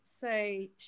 say